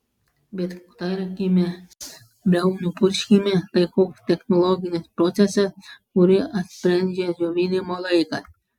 bet tarkime briaunų purškime tai toks technologinis procesas kurį apsprendžia džiovinimo laikas